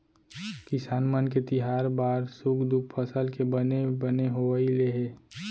किसान मन के तिहार बार सुख दुख फसल के बने बने होवई ले हे